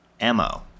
Mo